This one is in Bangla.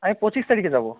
আমি পঁচিশ তারিখে যাব